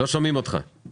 אז